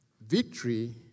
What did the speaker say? Victory